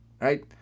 right